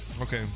Okay